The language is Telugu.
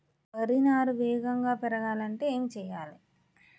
వరి నారు వేగంగా పెరగాలంటే ఏమి చెయ్యాలి?